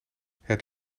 het